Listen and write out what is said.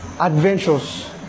adventures